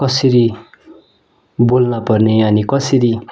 कसरी बोल्नपर्ने अनि कसरी